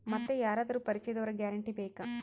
ಮತ್ತೆ ಯಾರಾದರೂ ಪರಿಚಯದವರ ಗ್ಯಾರಂಟಿ ಬೇಕಾ?